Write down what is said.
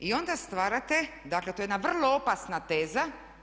I onda stvarate, dakle to je jedna vrlo opasna teza.